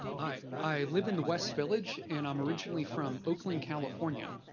i i live in the west village, and i'm originally from oakland, california.